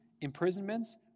imprisonments